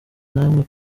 namwe